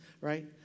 right